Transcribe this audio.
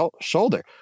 shoulder